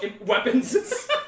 weapons